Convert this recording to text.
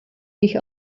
nicht